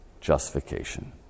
justification